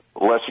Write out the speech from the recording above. less